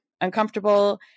uncomfortable